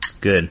Good